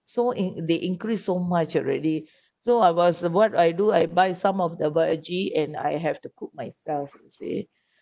so in they increase so much already so I was what I do I buy some of the veggie and I have to cook myself you see so